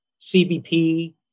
CBP